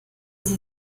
sie